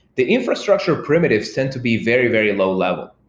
the infrastructure primitives tend to be very, very low level.